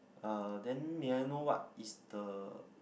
uh then may I know what is the